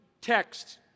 texts